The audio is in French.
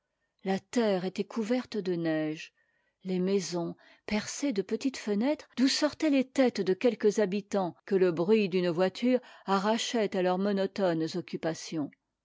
la terre était couverte de neige des petites fenêtres dont les maisons sont percées sortaient les têtes de quelques habitants que le bruit d'une voiture arrachait à leurs monotones occupations